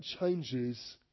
changes